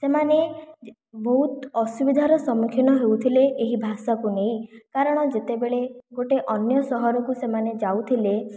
ସେମାନେ ବହୁତ ଅସୁବିଧାର ସମ୍ମୁଖୀନ ହେଉଥିଲେ ଏହି ଭାଷାକୁ ନେଇ କାରଣ ଯେତେବେଳେ ଗୋଟିଏ ଅନ୍ୟ ସହରକୁ ସେମାନେ ଯାଉଥିଲେ